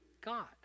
God